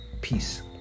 peace